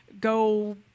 go